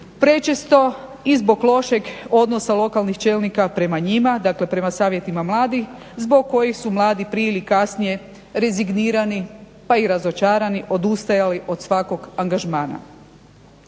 prečesto i zbog lošeg odnosa lokalnih čelnika prema njima, dakle prema Savjetima mladih zbog kojih su mladi prije ili kasnije rezignirani, pa i razočarani odustajali od svakog angažmana.